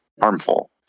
harmful